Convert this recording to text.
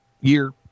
Year